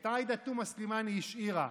את עאידה תומא סלימאן היא השאירה.